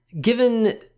given